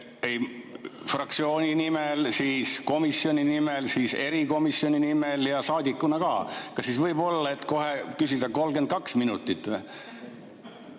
Fraktsiooni nimel, siis komisjoni nimel, siis erikomisjoni nimel ja saadikuna ka. Kas siis võib olla nii, et saab kohe küsida 32 minutit?